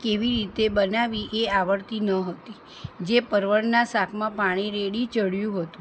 કેવી રીતે બનાવવી એ આવડતી ન હતી જે પરવળના શાકમાં પાણી રેડી ચડ્યું હતું